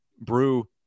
brew